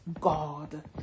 God